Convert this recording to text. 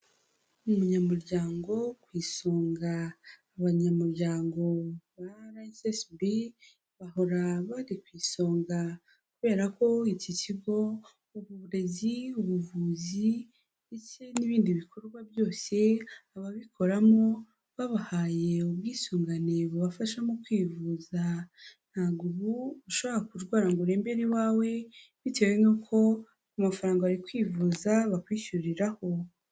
Umunyamuryango ku isonga, abanyamuryango ba ara esesibi, bahora bari ku isonga kuberako iki kigo uburezi, ubuvuzi ndetse n'ibindi bikorwa byose ababikoramo babahaye ubwisungane bubafasha mu kwivuza, ntabwo ubu ushobora kurwara ngo urembere iwawe, bitewe ni uko ku mafaranga wari kwivuza bakwishyuriraho.